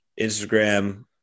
Instagram